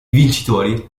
vincitori